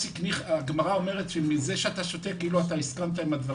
הגמרא אומרת שמזה שאתה שותק משמע שאתה מסכים.